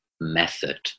method